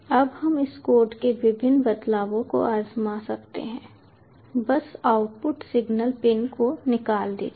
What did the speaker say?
अब हम इस कोड के विभिन्न बदलावों को आजमा सकते हैं बस आउटपुट सिग्नल पिन को निकाल दीजिए